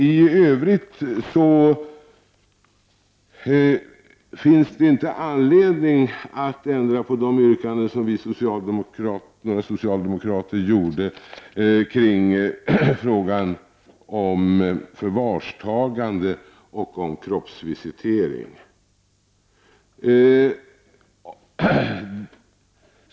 I övrigt finns det inte anledning att ändra på de yrkanden som några av oss socialdemokrater ställde i fråga om förvarstagande och kroppsvisitering.